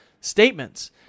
statements